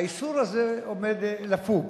האיסור הזה עומד לפוג,